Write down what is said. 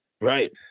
right